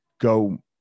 go